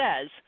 says